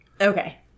Okay